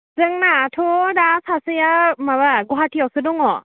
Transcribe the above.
जोंनाथ' दा सासेया माबा गुवाहाटियावसो दङ